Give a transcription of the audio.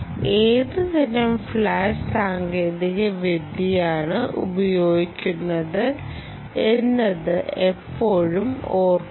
ഏത് തരം ഫ്ലാഷ് സാങ്കേതികവിദ്യയാണ് ഉപയോഗിക്കുന്നതെന്ന് എപ്പോഴും ഓർമ്മിക്കുക